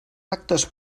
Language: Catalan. actes